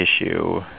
issue